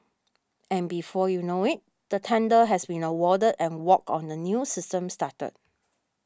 and before you know it the tender has been awarded and work on the new system started